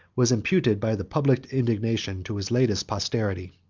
was imputed, by the public indignation, to his latest posterity.